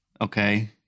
Okay